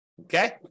okay